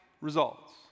results